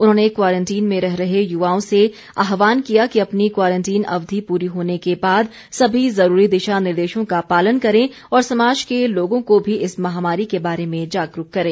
उन्होंने क्वारंटीन में रह रहे युवाओं से आह्वान किया कि अपनी क्वारंटीन अवधि पूरी होने के बाद सभी जरूरी दिशा निर्देशों का पालन करें और समाज के लोगों को भी इस महामारी के बारे में जागरूक करें